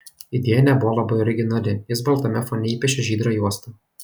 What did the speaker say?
idėja nebuvo labai originali jis baltame fone įpiešė žydrą juostą